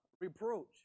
reproach